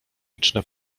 liczne